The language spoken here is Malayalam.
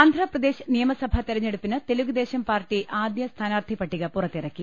ആന്ധ്രാ പ്രദേശ് നിയമസഭാ തെരഞ്ഞെടുപ്പിന് തെലുഗു ദേശം പാർട്ടി ആദ്യ സ്ഥാനാർത്ഥി പട്ടിക പുറത്തിറക്കി